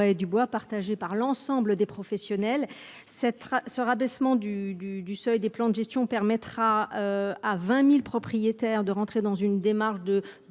et du bois partagée par l'ensemble des professionnels cette ce rabaissement du du du seuil des plans de gestion permettra à 20.000 propriétaires de rentrer dans une démarche de